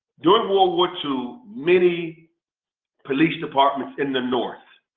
during world war two many police departments in the north,